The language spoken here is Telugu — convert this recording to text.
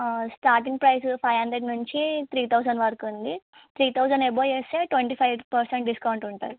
స్టార్టింగ్ ప్రైజ్ ఫైవ్ హాండ్రెడ్ నుంచి త్రీ థౌజండ్ వరకు ఉంది త్రీ థౌజండ్ అబోవ్ చేస్తే ట్వంటీ ఫైవ్ పర్సెంట్ డిస్కౌంట్ ఉంటుంది